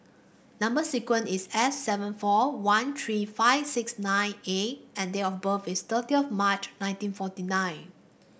number sequence is S seven four one three five six nine A and date of birth is thirty of March nineteen forty nine